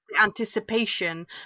anticipation